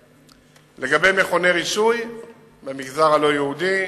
2. לגבי מכוני רישוי במגזר הלא-יהודי: